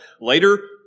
Later